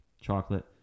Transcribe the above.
chocolate